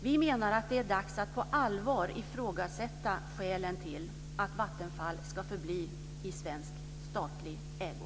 Vi menar att det är dags att på allvar ifrågasätta skälen till att Vattenfall ska förbli i svensk statlig ägo.